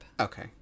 Okay